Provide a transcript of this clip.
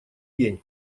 день